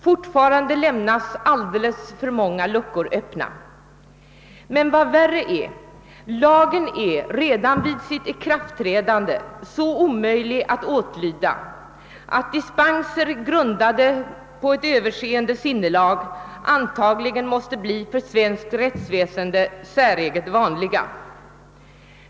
Fortfarande lämnas alltför många luckor öppna, men vad värre är: lagen är redan vid sitt ikraftträdande så omöjlig att åtlyda, att dispenser, grundade på ett överseende sinnelag, antagligen måste bli för svenskt rättsväsende säreget vanliga.